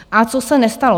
A co se nestalo?